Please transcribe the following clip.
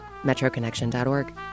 metroconnection.org